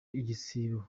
igisibo